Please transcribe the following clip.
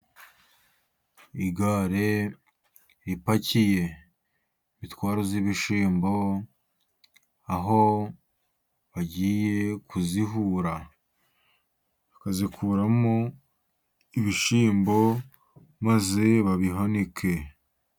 Igare ripakiye imitwaro y'ibishyimbo ,aho bagiye kuyihura bakayikuramo ibishyimbo, maze babihanike.